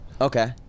Okay